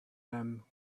them